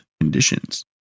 conditions